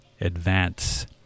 advance